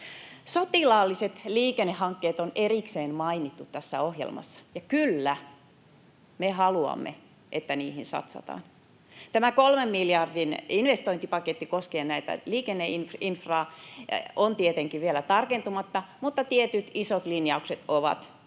Sotilaalliset liikennehankkeet on erikseen mainittu tässä ohjelmassa. Ja kyllä, me haluamme, että niihin satsataan. Tämä kolme miljardin investointipaketti koskien liikenneinfraa on tietenkin vielä tarkentumatta, mutta tietyt isot linjaukset ovat